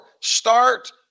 start